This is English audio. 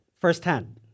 firsthand